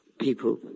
people